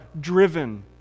driven